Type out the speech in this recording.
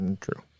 true